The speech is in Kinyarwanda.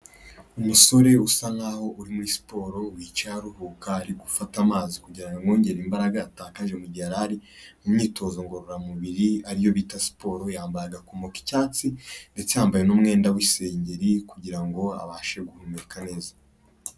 Umusore usa n'aho uri muri siporo wicaye aruhuka ari gufata amazi kugirango amwongerere imbaraga yatakaje mu gihe yari ari mu myitozo ngororamubiri ariyo bita siporo, yambaye agakomo k'icyatsi ndetse yambaye n'umwenda w'isengeri kugira ngo abashe guhumeka neza.